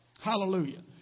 Hallelujah